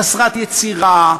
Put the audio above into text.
חסרת יצירה,